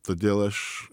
todėl aš